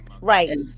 Right